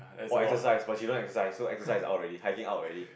or exercise but she don't exercise so exercise is out already hiking out already